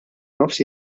nofs